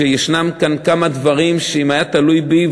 שיש כאן כמה דברים שאם היה תלוי בי,